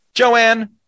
Joanne